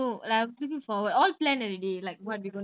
oh so sad